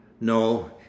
No